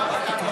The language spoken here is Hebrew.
לא.